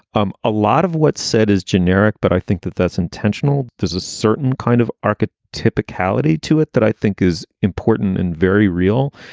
um a lot of what's said is generic, but i think that that's intentional there's a certain kind of market topicality to it that i think is important and very real.